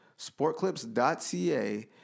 Sportclips.ca